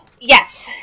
yes